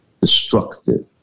destructive